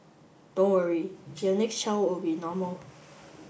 don't worry your next child will be normal